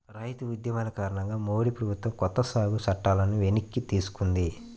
రైతు ఉద్యమాల కారణంగా మోడీ ప్రభుత్వం కొత్త సాగు చట్టాలను వెనక్కి తీసుకుంది